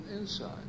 inside